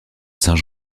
saint